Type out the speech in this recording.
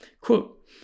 Quote